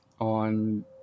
on